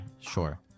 sure